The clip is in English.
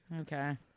Okay